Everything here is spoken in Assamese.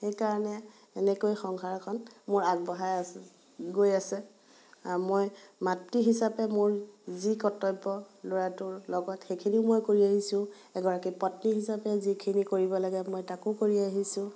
সেইকাৰণে এনেকৈ সংসাৰখন মোৰ আগবঢ়াই আছোঁ গৈ আছে মই মাতৃ হিচাপে মোৰ যি কৰ্তব্য ল'ৰাটোৰ লগত সেইখিনিও মই কৰি আহিছোঁ এগৰাকী পত্নী হিচাপে যিখিনি কৰিব লাগে মই তাকো কৰি আহিছোঁ